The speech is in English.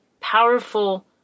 powerful